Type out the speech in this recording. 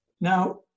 Now